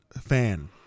fan